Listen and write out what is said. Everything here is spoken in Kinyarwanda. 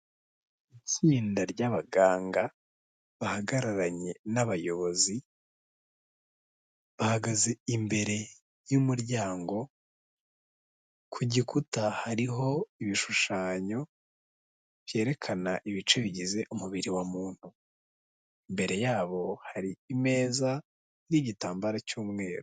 Itsinda ry'abaganga bahagararanye n'abayobozi bahagaze imbere y'umuryango, ku gikuta hariho ibishushanyo byerekana ibice bigize umubiri wa muntu, imbere yabo hari imeza n'igitambaro cy'umweru.